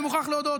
אני מוכרח להודות,